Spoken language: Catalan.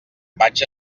vaig